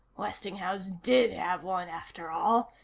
westinghouse did have one, after all,